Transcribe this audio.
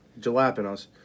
Jalapenos